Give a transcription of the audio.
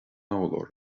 urlár